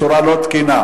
זה טיבם של תקנון ושל